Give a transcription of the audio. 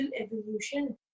evolution